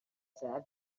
said